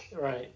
Right